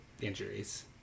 injuries